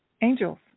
angels